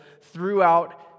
throughout